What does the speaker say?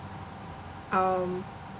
um